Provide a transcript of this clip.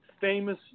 famous